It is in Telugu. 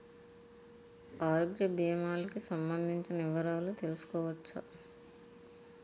ఆరోగ్య భీమాలకి సంబందించిన వివరాలు తెలుసుకోవచ్చా?